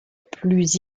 plus